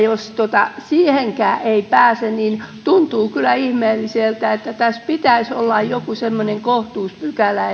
jos siihenkään ei pääse niin tuntuu kyllä ihmeelliseltä eli tässä pitäisi olla joku semmoinen kohtuuspykälä